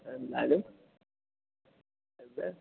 എന്നാലും വെറുതെ